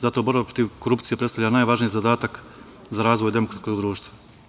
Zato borba protiv korupcije predstavlja najvažniji zadatak za razvoj demokratskog društva.